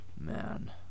Man